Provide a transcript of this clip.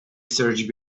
search